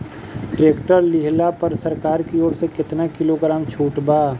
Tractor लिहला पर सरकार की ओर से केतना किलोग्राम छूट बा?